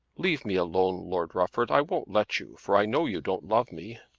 leave me alone, lord rufford. i won't let you, for i know you don't love me.